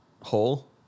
hole